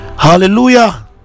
Hallelujah